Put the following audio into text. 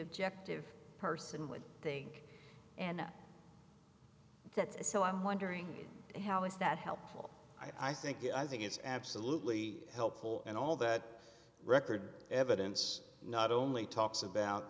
objected person would think and that's so i'm wondering how is that helpful i think i think it's absolutely helpful and all that record evidence not only talks about